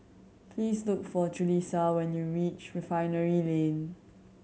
please look for Julisa when you reach Refinery Lane